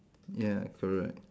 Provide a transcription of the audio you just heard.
ya correct